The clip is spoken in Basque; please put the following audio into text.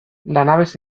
lanabes